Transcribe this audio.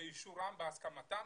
באישורם, בהסכמתם.